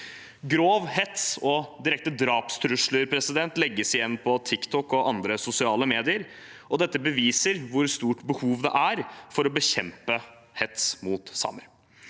Grov hets og direkte drapstrusler legges igjen på TikTok og andre sosiale medier. Dette beviser hvor stort behovet er for å bekjempe hets mot samer.